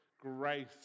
grace